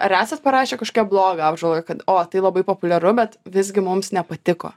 ar esat parašę kažkokią blogą apžvalgą kad o tai labai populiaru bet visgi mums nepatiko